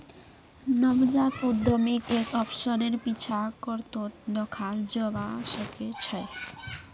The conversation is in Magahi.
नवजात उद्यमीक एक अवसरेर पीछा करतोत दखाल जबा सके छै